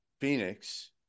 Phoenix